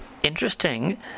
Interesting